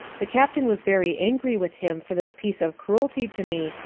the captain was very angry with him for this piece of cruelty to me,